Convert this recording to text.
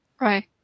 Right